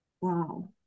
wow